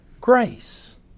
grace